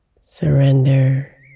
Surrender